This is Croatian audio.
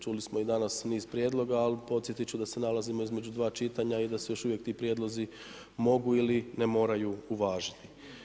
Čuli smo i danas niz prijedloga ali podsjetiti ću da se nalazimo između dva čitanja i da se još uvijek ti prijedlozi mogu ili ne moraju uvažiti.